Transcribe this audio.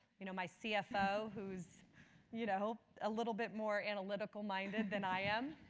you know my cfo who's you know a little bit more analytical minded than i am.